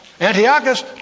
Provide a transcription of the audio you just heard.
Antiochus